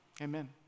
amen